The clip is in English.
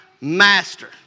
Master